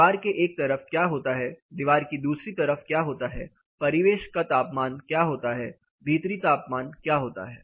दीवार के एक तरफ क्या होता है दीवार के दूसरी तरफ क्या होता है परिवेश का तापमान क्या होता है भीतरी तापमान क्या होता है